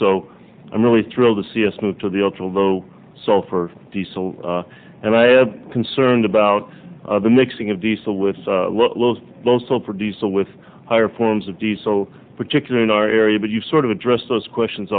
so i'm really thrilled to see us move to the ultra low sulfur diesel and i am concerned about the mixing of diesel with low sulfur diesel with higher forms of diesel particularly in our area but you sort of addressed those questions